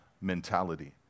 mentality